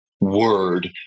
word